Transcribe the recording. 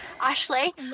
Ashley